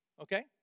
okay